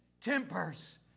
tempers